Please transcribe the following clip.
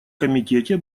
комитете